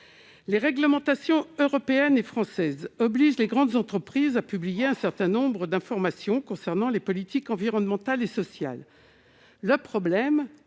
les réglementations européenne et française oblige, les grandes entreprises à publier un certain nombre d'informations concernant les politiques environnementales et sociales le problème en